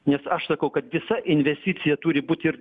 nes aš sakau kad visa investicija turi būt ir